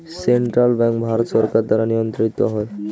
central bank Bharat সরকার দ্বারা নিয়ন্ত্রিত হয়